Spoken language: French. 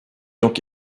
donc